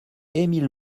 émile